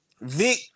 Vic